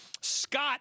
Scott